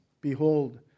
Behold